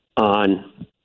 on